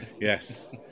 Yes